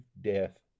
death